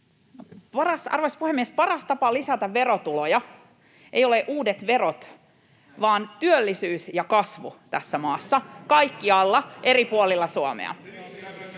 Arvoisa puhemies! Paras tapa lisätä verotuloja ei ole uudet verot vaan työllisyys ja kasvu tässä maassa, kaikkialla eri puolilla Suomea.